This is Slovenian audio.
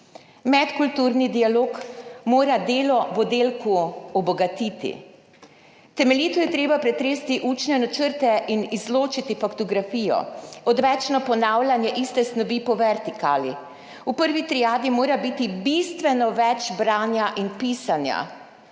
Medkulturni dialog mora delo v oddelku obogatiti. Temeljito je treba pretresti učne načrte in izločiti faktografijo, odvečno ponavljanje iste snovi po vertikali. V prvi triadi mora biti bistveno več branja in pisanja,